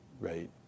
right